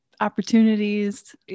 Opportunities